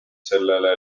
sellele